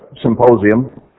symposium